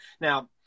Now